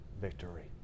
victory